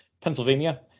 Pennsylvania